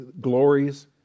glories